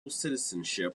citizenship